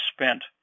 spent